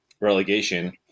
relegation